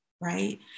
right